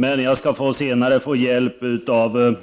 Men jag skall senare få hjälp av